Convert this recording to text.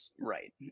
Right